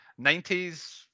90s